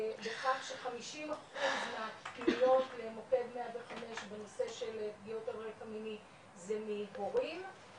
50 אחוז מהפגיעות למוקד 105 בנושא של פגיעות על רקע מיני זה מהורים,